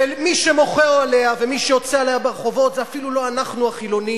מי שמוחה עליה ומי שיוצא עליה ברחובות זה אפילו לא אנחנו החילונים,